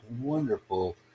wonderful